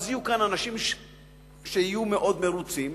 אז יהיו כאן אנשים שיהיו מאוד מרוצים.